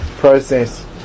process